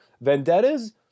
Vendettas